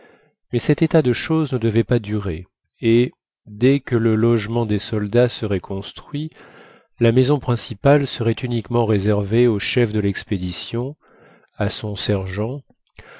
mais cet état de choses ne devait pas durer et dès que le logement des soldats serait construit la maison principale serait uniquement réservée au chef de l'expédition à son sergent